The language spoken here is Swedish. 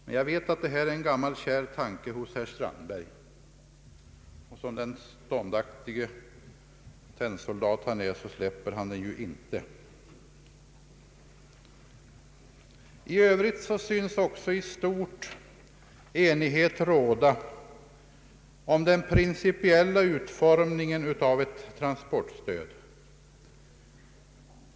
Men jag vet att det här är fråga om en gammal kär tanke hos herr Strandberg, och som den ståndaktige tennsoldat han är släpper han den inte. I övrigt synes också i stort enighet råda om den principiella utformningen av ett transportstöd.